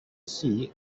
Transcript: see